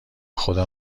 خدا